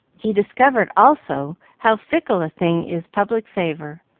he discovered, also, how fickle a thing is public favor,